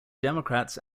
democrats